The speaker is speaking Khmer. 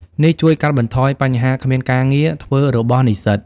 នេះជួយកាត់បន្ថយបញ្ហាគ្មានការងារធ្វើរបស់និស្សិត។